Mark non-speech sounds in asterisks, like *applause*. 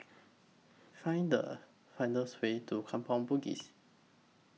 Find The *unintelligible* Way to Kampong Bugis